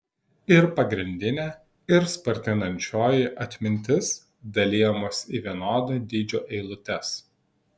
ir pagrindinė ir spartinančioji atmintis dalijamos į vienodo dydžio eilutes